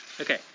Okay